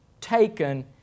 taken